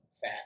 fat